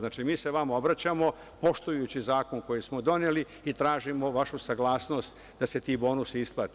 Znači, mi se vama obraćamo, poštujući zakon koji smo doneli, i tražimo vašu saglasnost da se ti bonusi isplate.